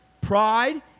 pride